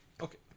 Okay